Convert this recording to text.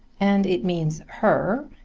and it means her,